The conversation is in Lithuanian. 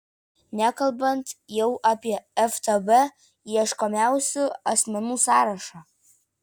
nekalbant jau apie ftb ieškomiausių asmenų sąrašą